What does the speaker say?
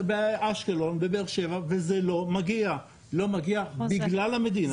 באשקלון, בבאר שבע וזה לא מגיע בגלל המדינה.